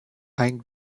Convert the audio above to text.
ein